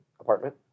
apartment